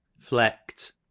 Flecked